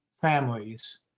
families